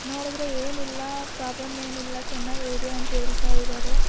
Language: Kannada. ನೋಡಿದ್ರೆ ಏನಿಲ್ಲ ಪ್ರಾಬ್ಲಮ್ ಏನಿಲ್ಲ ಚೆನ್ನಾಗೇ ಇದೆ ಅಂತ ಹೇಳ್ತಾ ಇದ್ದಾರೆ